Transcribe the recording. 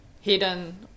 hidden